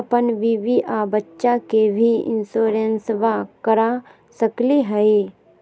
अपन बीबी आ बच्चा के भी इंसोरेंसबा करा सकली हय?